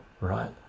right